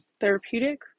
therapeutic